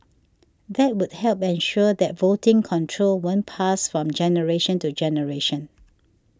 that would help ensure that voting control won't pass from generation to generation